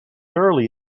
early